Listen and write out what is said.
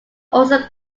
also